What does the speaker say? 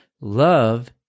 Love